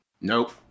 Nope